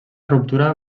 ruptura